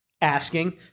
Asking